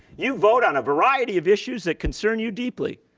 you vote on a variety of issues that concern you deeply.